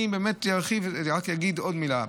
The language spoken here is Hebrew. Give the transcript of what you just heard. אני באמת ארחיב, ורק אגיד עוד מילה.